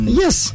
yes